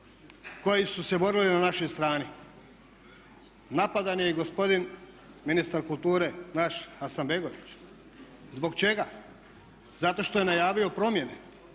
koji su se borili na našoj strani. Napadan je i gospodin ministar kulture naš Hasanbegović. Zbog čega? Zato što je najavio promjene.